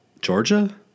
Georgia